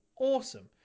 Awesome